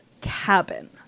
cabin